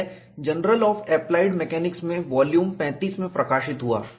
यह journal of applied mechanics में volume 35 में प्रकाशित हुआ